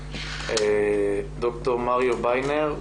ד"ר מריו ביינר,